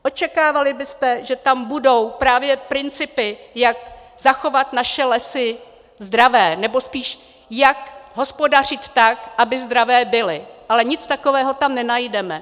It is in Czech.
Očekávali byste, že tam budou právě principy, jak zachovat naše lesy zdravé, nebo spíš jak hospodařit tak, aby zdravé byly, ale nic takového tam nenajdeme.